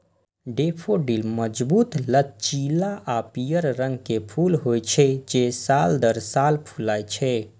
daffodil मजबूत, लचीला आ पीयर रंग के फूल होइ छै, जे साल दर साल फुलाय छै